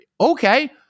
Okay